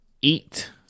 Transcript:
eat